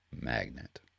magnet